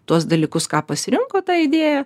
tuos dalykus ką pasirinko tą idėją